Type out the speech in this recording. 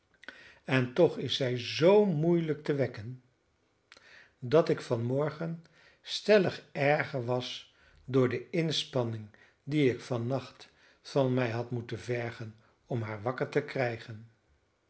en toch is zij zoo moeielijk te wekken dat ik van morgen stellig erger was door de inspanning die ik van nacht van mij had moeten vergen om haar wakker te krijgen